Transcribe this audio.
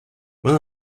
one